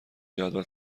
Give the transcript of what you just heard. جدول